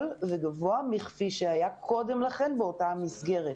וגבוה מכפי שהיה קודם לכן באותה מסגרת.